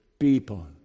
People